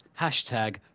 hashtag